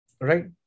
Right